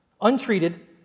Untreated